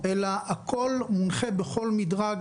אלא הכול מונחה בכל מדרג,